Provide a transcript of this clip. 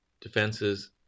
defenses